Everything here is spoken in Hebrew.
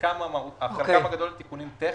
חלקם הגדול תיקונים טכניים,